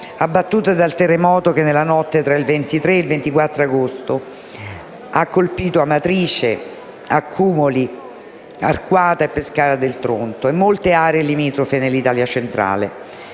abbattute dal terremoto che nella notte tra il 23 e il 24 agosto ha colpito Amatrice, Accumoli, Arquata, Pescara del Tronto e molte aree limitrofe nell'Italia centrale.